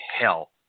hell